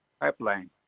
pipeline